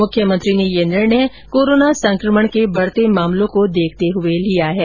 मुख्यमंत्री ने यह निर्णय कोरोना संकमण के बढ़ते मामलों को देखते हुए लिया है